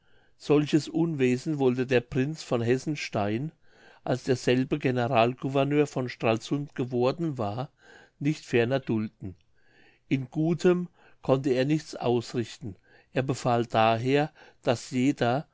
solches unwesen wollte der prinz von hessenstein als derselbe general gouverneur von stralsund geworden war nicht ferner dulden in gutem konnte er nichts ausrichten er befahl daher daß jeder